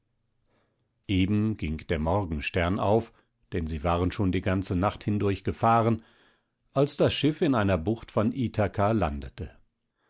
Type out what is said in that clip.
eben ging der morgenstern auf denn sie waren schon die ganze nacht hindurch gefahren als das schiff in einer bucht von ithaka landete